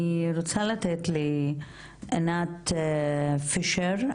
אני רוצה לתת לעינת פישר,